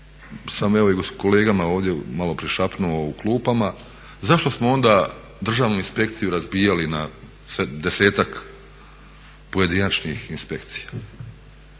sam evo i kolegama ovdje malo prišapnuo u klupama zašto smo onda državnu inspekciju razbijali na 10-ak pojedinačnih inspekcija.